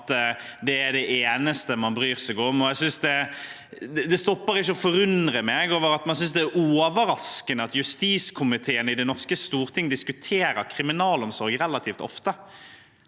det er det eneste man bryr seg om. Det stopper ikke å forundre meg at man synes det er overraskende at justiskomiteen i det norske storting diskuterer kriminalomsorg relativt ofte